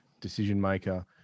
decision-maker